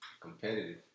competitive